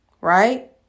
right